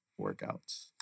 workouts